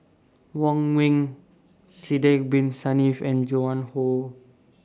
Wong Ming Sidek Bin Saniff and Joan Hon